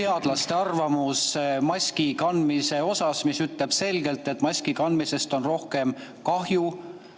teadlaste arvamus maski kandmise kohta, mis ütleb selgelt, et maski kandmisest on rohkem kahju